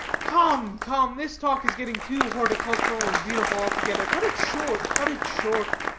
come, come, this talk is getting too horticultural and beautiful altogether. cut it short, cut it short!